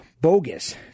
bogus